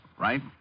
right